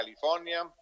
California